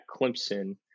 Clemson